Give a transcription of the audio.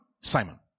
Simon